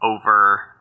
over